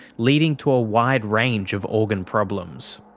leading to a wide range of organ problems.